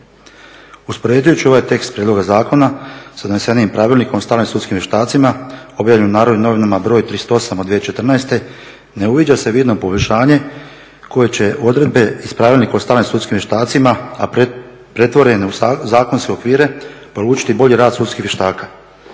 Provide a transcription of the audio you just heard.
Uspoređujući ovaj tekst prijedloga zakona sa donesenim Pravilnikom o stalnim sudskim vještacima objavljenim u Narodnim novinama br. 38 od 2014. ne uviđa se vidno poboljšanje koje će odredbe iz Pravilnika o stalnim sudskim vještacima, a pretvorene u zakonske okvire polučiti bolji rad sudskih vještaka.